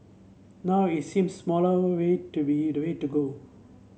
now it seems smaller way to be the way to go